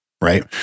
Right